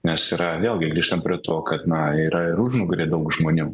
nes yra vėlgi grįžtam prie to kad na yra ir užnugarį daug žmonių